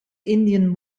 indian